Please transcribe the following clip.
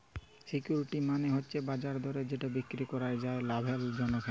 security মালে হচ্যে বাজার দরে যেটা বিক্রি করাক যায় লাভের জন্যহে